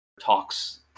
Talks